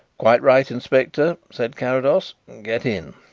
quite right, inspector, said carrados. get in.